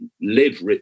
live